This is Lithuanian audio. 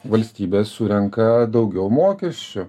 valstybė surenka daugiau mokesčių